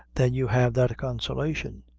then you have that consolation.